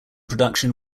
production